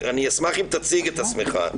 רוב המידע שאני הולך להציג במצגת הזו,